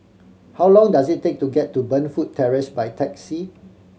how long does it take to get to Burnfoot Terrace by taxi